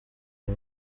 uyu